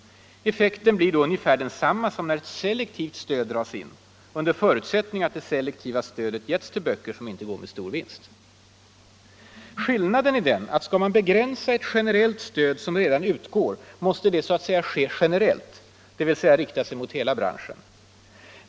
Effekten blir då ungefär densamma som när ett selektivt stöd skärs ner, under förutsättning att det selektiva stödet getts till böcker som inte går med stor vinst. Skillnaden är den att vill man begränsa ett generellt stöd som redan utgår måste det ske så att säga generellt, dvs. rikta sig mot hela branschen.